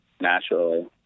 naturally